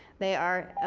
they are